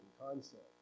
concept